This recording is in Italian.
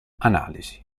analisi